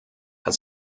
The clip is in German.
hat